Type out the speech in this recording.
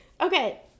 okay